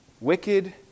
wicked